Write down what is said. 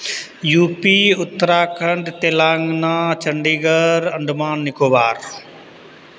U P Uttarakhand Telangana Chandigarh Andaman Nicobar